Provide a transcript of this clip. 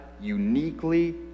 uniquely